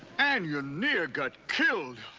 and you near got killed.